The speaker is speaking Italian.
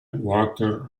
water